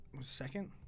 second